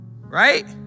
Right